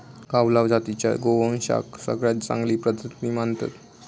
गावलाव जातीच्या गोवंशाक सगळ्यात चांगली प्रजाती मानतत